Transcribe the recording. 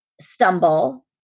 stumble